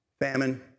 famine